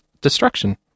destruction